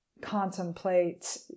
contemplate